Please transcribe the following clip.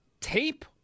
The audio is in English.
tape